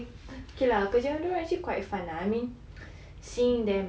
K K lah because you wonder actually quite fine I mean seeing them